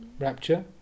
rapture